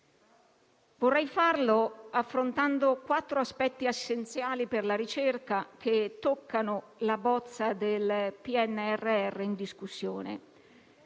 Vorrei farlo affrontando quattro aspetti essenziali per la ricerca, che toccano la bozza del Piano nazionale